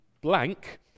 blank